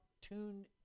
tuned